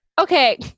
Okay